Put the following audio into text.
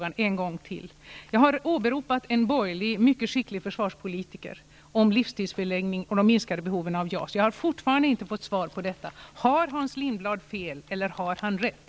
Jag har åberopat en borgerlig mycket skicklig försvarspolitiker angående livstidsförlängning av de plan -- Viggar -- vi har och därmed de minskade behoven av JAS. Jag har fortfarande inte fått svar på om Hans Lindblad har fel eller rätt.